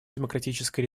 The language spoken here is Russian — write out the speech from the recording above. демократической